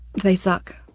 they suck,